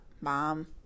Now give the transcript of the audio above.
Mom